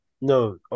No